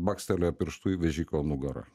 bakstelėjo pirštu į vežiko nugarą